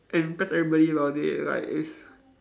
and impress everybody about it like it's